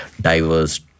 diverse